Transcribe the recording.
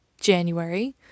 January